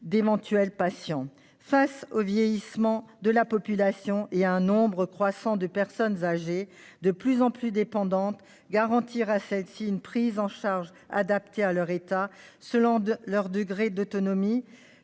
d'éventuels patients. Face au vieillissement de la population et à l'accroissement du nombre de personnes âgées de plus en plus dépendantes, garantir à celles-ci une prise en charge adaptée à leur état, selon leur degré d'autonomie,